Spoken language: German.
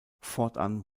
fortan